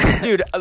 Dude